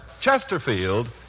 Chesterfield